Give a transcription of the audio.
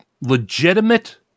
legitimate